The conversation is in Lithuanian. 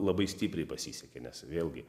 labai stipriai pasisekė nes vėlgi